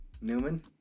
Newman